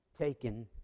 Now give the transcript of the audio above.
taken